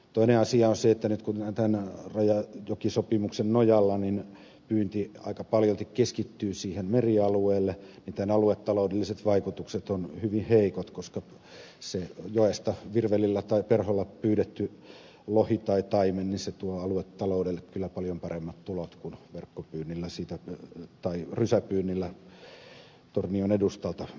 toinen asia on se että nyt kun tämän rajajokisopimuksen nojalla pyynti aika paljolti keskittyy merialueelle tämän aluetaloudelliset vaikutukset ovat hyvin heikot koska joesta virvelillä tai perholla pyydetty lohi tai taimen tuo aluetaloudelle kyllä paljon paremmat tulot kuin verkkopyynnillä tai rysäpyynnillä tornion edustalta pyydystetty kala